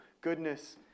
goodness